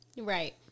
Right